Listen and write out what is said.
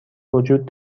وجود